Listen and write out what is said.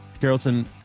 Carrollton